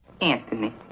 Anthony